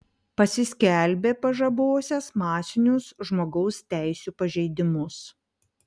pasiskelbė pažabosiąs masinius žmogaus teisių pažeidimus